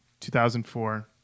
2004